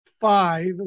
five